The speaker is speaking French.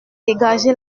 dégagé